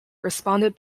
responded